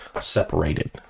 separated